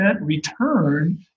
return